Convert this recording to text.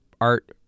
art